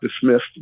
dismissed